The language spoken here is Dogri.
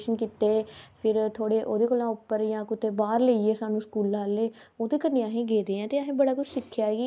मतलब टीवी ज्यादा दिक्खदे ना अखवारां घट्ट पढ़दे ना जेहदे कारण अखवारां जेहदे कारण अख़वारां घट्ट ना